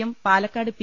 M Palakkad P